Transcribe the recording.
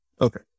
okay